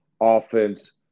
Offense